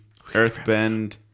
earthbend